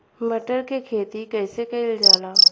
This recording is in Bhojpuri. मटर के खेती कइसे कइल जाला?